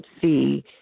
see